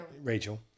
Rachel